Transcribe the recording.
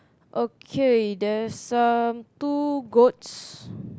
okay there's a two goats